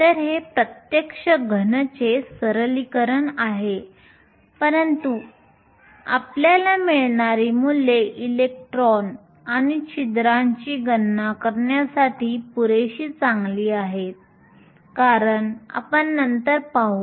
तर हे प्रत्यक्ष घनचे सरलीकरण आहे परंतु आपल्याला मिळणारी मूल्ये इलेक्ट्रॉन आणि छिद्रांची गणना करण्यासाठी पुरेशी चांगली आहेत कारण आपण नंतर पाहू